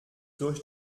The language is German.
durch